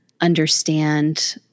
understand